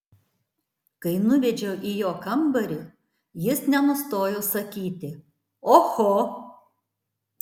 kai nuvedžiau į jo kambarį jis nenustojo sakyti oho